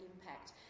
impact